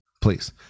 please